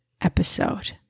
Episode